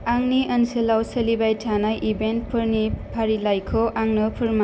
आंनि ओनसोलाव सोलिबाय थानाय इभेन्टफोरनि फारिलाइखौ आंनो फोरमाय